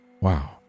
Wow